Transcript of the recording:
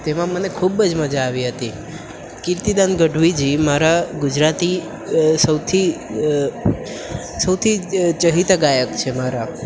તેમાં મને ખૂબ જ મજા આવી હતી કિર્તીદાન ગઢવીજી મારા ગુજરાતી સૌથી સૌથી ચહીતા ગાયક છે મારા